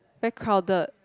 very crowded